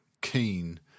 keen